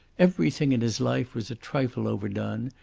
everything in his life was a trifle overdone,